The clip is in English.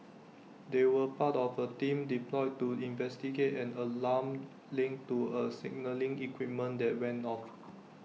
they were part of A team deployed to investigate and an alarm linked to A signalling equipment that went off